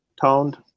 toned